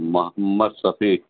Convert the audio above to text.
Mohammad Shafiq